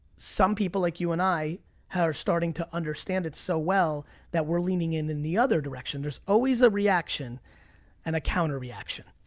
some people like you and i are starting to understand it so well that we're leaning in in the other direction. there's always a reaction and a counter-reaction.